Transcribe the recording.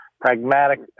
pragmatic